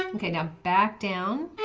um okay now back down. and